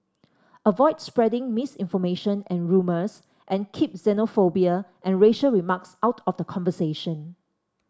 avoid spreading misinformation and rumours and keep xenophobia and racial remarks out of the conversation